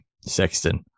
Sexton